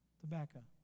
Tobacco